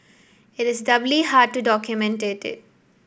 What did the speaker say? it is doubly hard to document it